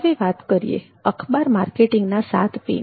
હવે વાત કરીએ અખબાર માર્કેટિંગના 7 Pની